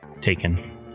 taken